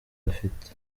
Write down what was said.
bafite